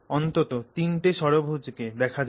অন্তত তিনটে ষড়ভুজ কে দেখা যাক